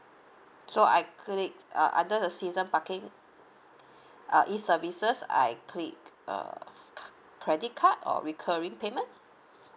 so I click uh under the season parking uh E services I click uh credit card or recurring payment